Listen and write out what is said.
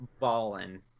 ballin